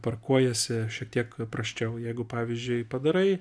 tarkuojasi šiek tiek prasčiau jeigu pavyzdžiui padarai